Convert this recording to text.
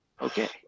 Okay